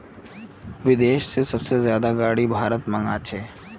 विदेश से सबसे ज्यादा गाडी भारत मंगा छे